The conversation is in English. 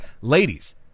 Ladies